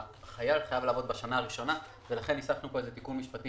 החייל חייב לעבוד בשנה הראשונה ולכן הוספנו פה תיקון משפטי